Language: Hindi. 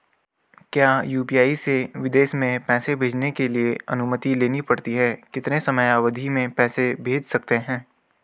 क्या यु.पी.आई से विदेश में पैसे भेजने के लिए अनुमति लेनी पड़ती है कितने समयावधि में पैसे भेज सकते हैं?